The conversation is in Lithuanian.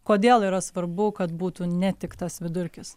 kodėl yra svarbu kad būtų ne tik tas vidurkis